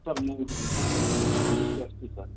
sir ମୁଁ ଗୋଟେ tourist ଆସିଛି ସାର୍